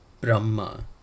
Brahma